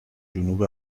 جنوب